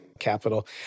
capital